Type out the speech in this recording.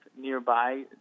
nearby